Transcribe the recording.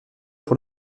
pour